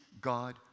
God